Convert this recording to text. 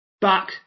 Back